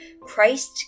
christ